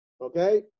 Okay